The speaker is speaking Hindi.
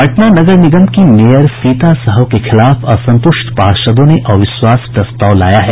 पटना नगर निगम की मेयर सीता साहू के खिलाफ असंतुष्ट पार्षदों ने अविश्वास प्रस्ताव लाया है